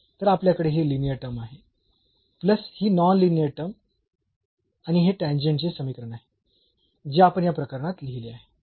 तर आपल्याकडे ही लिनीअर टर्म आहे प्लस ही नॉन लिनीअर टर्म आणि हे टॅन्जेंट चे समीकरण आहे जे आपण या प्रकरणात लिहिले आहे